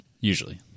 usually